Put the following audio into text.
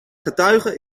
getuige